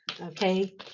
okay